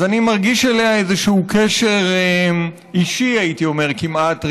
אז אני מרגיש אליה איזשהו קשר אישי כמעט,